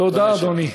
תודה, אדוני.